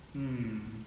mm